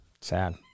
Sad